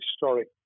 historic